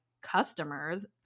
customers